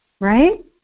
right